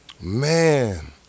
man